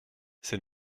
c’est